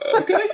okay